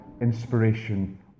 inspiration